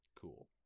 Cool